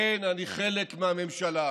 כן, אני חלק מהממשלה.